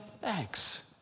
thanks